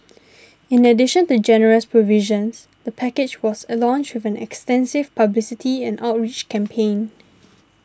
in addition to generous provisions the package was launched with an extensive publicity and outreach campaign